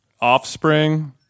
Offspring